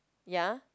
ya